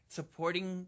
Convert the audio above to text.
supporting